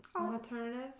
Alternative